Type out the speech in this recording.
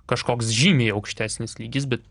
kažkoks žymiai aukštesnis lygis bet